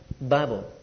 Bible